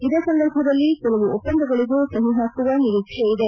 ಇದೇ ಸಂದರ್ಭದಲ್ಲಿ ಕೆಲವು ಒಪ್ಸಂದಗಳಿಗೆ ಸಹಿ ಹಾಕುವ ನಿರೀಕ್ಷೆಯಿದೆ